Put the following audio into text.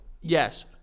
Yes